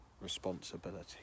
responsibility